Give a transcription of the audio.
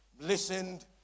listened